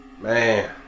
Man